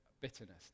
bitterness